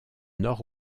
nord